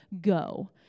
Go